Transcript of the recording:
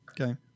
Okay